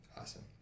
Awesome